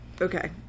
Okay